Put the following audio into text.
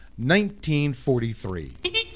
1943